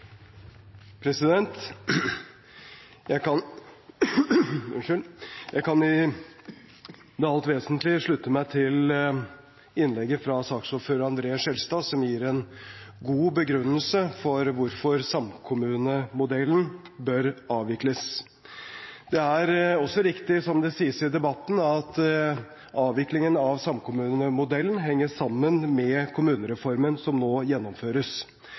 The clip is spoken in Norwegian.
Jeg kan i det alt vesentlige slutte meg til innlegget fra saksordfører André N. Skjelstad, som gir en god begrunnelse for hvorfor samkommunemodellen bør avvikles. Det er også riktig som det sies i debatten, at avviklingen av samkommunemodellen henger sammen med kommunereformen som nå gjennomføres.